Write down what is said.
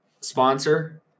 sponsor